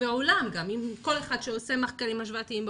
גם בעולם כל אחד שעושה מחקרים השוואתיים,